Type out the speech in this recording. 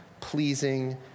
pleasing